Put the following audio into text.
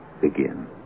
begin